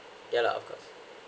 yeah lah of course